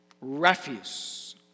refuse